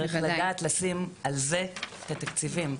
צריך לדעת לשים על זה את התקציבים.